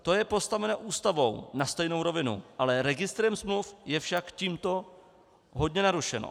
To je postavené Ústavou na stejnou rovinu, ale registrem smluv je však tímto hodně narušeno.